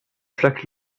chaque